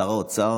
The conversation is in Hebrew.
שר האוצר